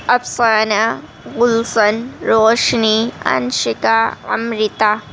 Afsana Gulshan Roshni Anushka Amrita